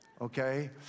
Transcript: Okay